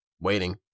Waiting